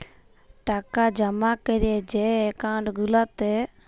টাকা জমা ক্যরে যে একাউল্ট গুলাতে